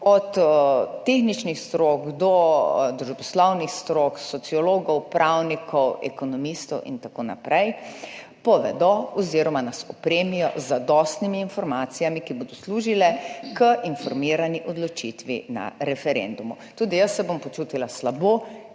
od tehničnih strok do družboslovnih strok, sociologov, pravnikov, ekonomistov in tako naprej, povedo oziroma nas opremijo z zadostnimi informacijami, ki bodo služile pri informirani odločitvi na referendumu. Tudi jaz se bom počutila slabo,